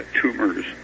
tumors